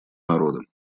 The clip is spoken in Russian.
народа